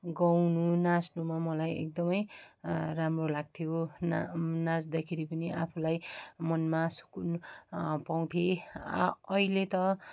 गाउनु नाच्नुमा मलाई एकदमै राम्रो लाग्थ्यो ना नाच्दाखेरि पनि आफूलाई मनमा सुकुन पाउँथेँ अहिले त